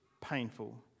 painful